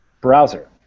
browser